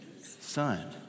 son